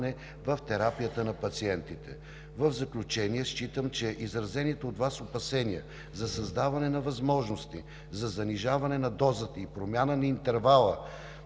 в терапията на пациентите. В заключение, считам, че изразените от Вас опасения за създаване на възможности за занижаване на дозата и промяна на интервала